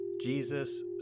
Jesus